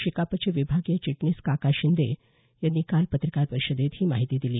शेकापचे विभागीय चिटणीस काका शिंदे यांनी काल पत्रकार परिषदेत ही माहिती दिली